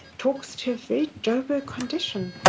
talks to a very joburg condition.